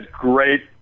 great